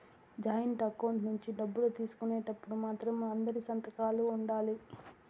joint account నుంచి డబ్బులు తీసుకునేటప్పుడు మాత్రం అందరి సంతకాలు ఉండాలి